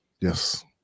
Yes